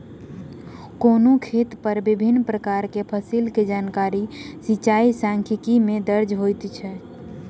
कोनो खेत पर विभिन प्रकार के फसिल के जानकारी सिचाई सांख्यिकी में दर्ज होइत अछि